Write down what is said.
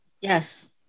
yes